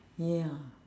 ya